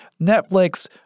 Netflix